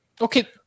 Okay